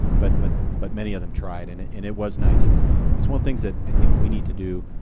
but but but many of them tried and it and it was nice. it's it's one of things that i think we need to do,